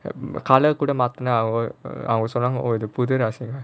கால கூட மாத்துன அவங்க சொன்னாங்க இது ஒத்து:kaala kuda maathuna avanga sonaanga ithu othu rushing gun